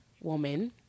woman